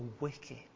wicked